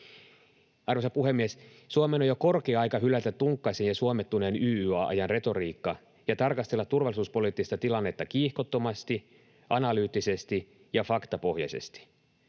Arvoisa puhemies! Suomen on jo korkea aika hylätä tunkkaisen ja suomettuneen YYA-ajan retoriikka ja tarkastella turvallisuuspoliittista tilannetta kiihkottomasti, analyyttisesti ja faktapohjaisesti.